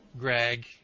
Greg